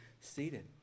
seated